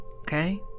okay